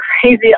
crazy